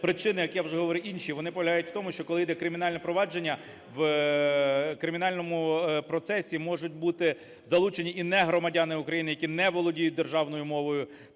причини, як я вже говорив, інші, вони полягають в тому, що коли йде кримінальне провадження, в кримінальному процесі можуть бути залучені і негромадяни України, які не володіють державною мовою.